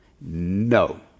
No